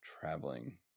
traveling